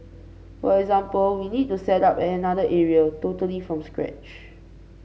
for example we need to set up at another area totally from scratch